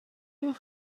and